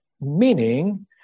meaning